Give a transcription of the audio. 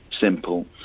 simple